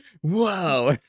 Whoa